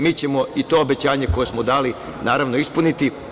Mi ćemo i to obećanje koje smo dali, naravno, ispuniti.